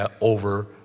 over